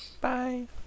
Bye